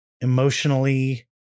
emotionally